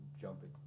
jumping